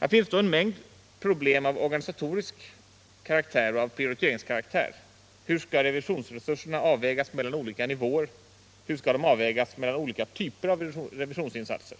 Här finns då en mängd problem av organisatorisk karaktär och av prioriteringskaraktär. Hur skall revisionsresurserna avvägas mellan olika nivåer? Hur skall de avvägas mellan olika typer av revisionsinsatser?